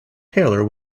taylor